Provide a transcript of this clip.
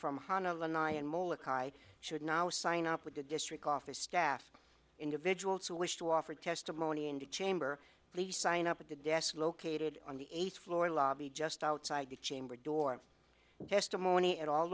i should now sign up with the district office staff individuals who wish to offer testimony and a chamber please sign up at the desk located on the eighth floor lobby just outside the chamber door testimony at all